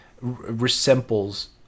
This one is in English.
resembles